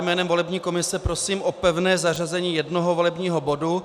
Jménem volební komise prosím o pevné zařazení jednoho volebního bodu.